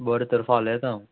बरें तर फाल्यां येता हांव